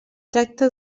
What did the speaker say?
tracta